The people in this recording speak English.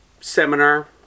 seminar